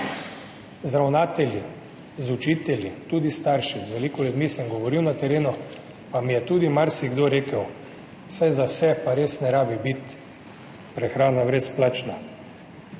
z ravnatelji, z učitelji, tudi starši, z veliko ljudmi sem govoril na terenu, pa mi je tudi marsikdo rekel: »Saj za vse pa res ne rabi biti prehrana brezplačna.«